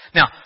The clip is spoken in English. Now